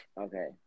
Okay